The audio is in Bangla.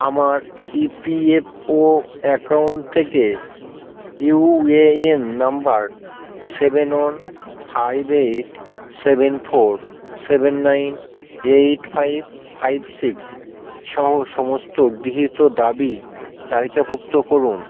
আমার E P F O account থেকে U A N number seven one five eight seven four seven nine eight five five six সহ সমস্ত গৃহীত দাবি তালিকাভুক্ত করুন